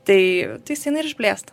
tai tai jis einai ir išblėsta